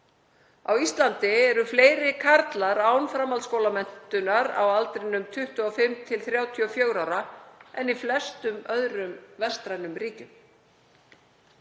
Á Íslandi eru fleiri karlar án framhaldsskólamenntunar á aldrinum 25–34 ára en í flestum öðrum vestrænum ríkjum.